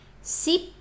Sip